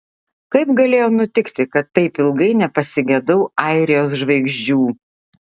kaip galėjo nutikti kad taip ilgai nepasigedau airijos žvaigždžių